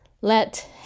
Let